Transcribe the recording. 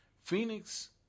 Phoenix